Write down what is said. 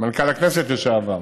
מנכ"ל הכנסת לשעבר,